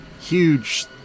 Huge